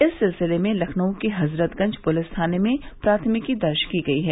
इस सिलसिले में लखनऊ के हजरतगंज पुलिस थाने में प्राथमिकी दर्ज की गयी है